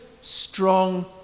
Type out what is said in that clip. strong